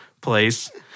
place